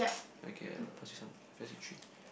okay I pass you some I pass you three